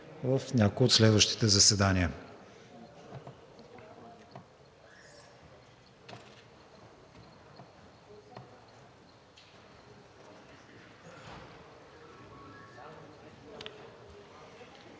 на някое от следващите заседания,